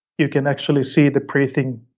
you can actually see the breathing